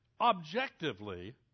objectively